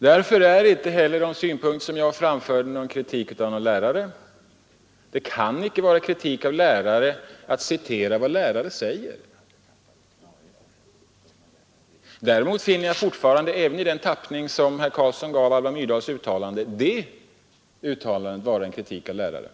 Därför är inte heller de synpunkter som jag framfört kritik av någon lärare. Det kan icke vara kritik av lärare att citera vad lärare säger. Däremot finner jag fortfarande Alva Myrdals uttalande även i den tappning som herr Carlsson gav det vara en kritik av lärare.